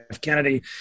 Kennedy